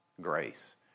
grace